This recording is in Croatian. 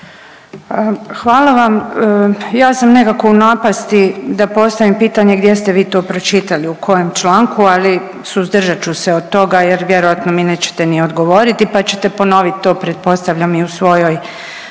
Hvala vam, ja sam nekako u napasti da postavim pitanje gdje ste vi to pročitali, u kojem članku, ali suzdržat ću se od toga jer vjerojatno mi nećete ni odgovoriti pa ćete ponovit to pretpostavljam i u svojoj